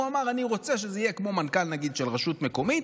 הוא אמר: אני רוצה שזה יהיה מגיד כמו מנכ"ל של רשות מקומית,